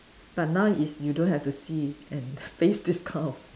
but now is you don't have to see and face this kind of